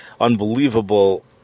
unbelievable